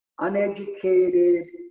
uneducated